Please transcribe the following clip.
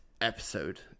episode